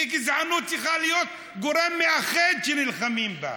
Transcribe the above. כי גזענות צריכה להיות גורם מאחד, שנלחמים בה.